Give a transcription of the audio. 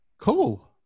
cool